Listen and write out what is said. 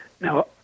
Now